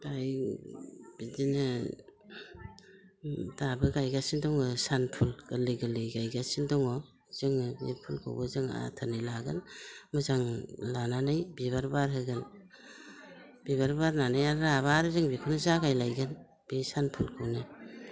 दायो बिदिनो दाबो गायगासिनो दङ सानफुल गोरलै गोरलै गायगासिनो दङ जोङो बे फुलखौबो जों जोथोनै लागोन मोजां लानानै बिबार बारहोगोन बिबार बारनानै आरो राब्ला आरो जों बेखोनो गायलायगोन बे सानफुलखौनो